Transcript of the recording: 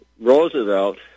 Roosevelt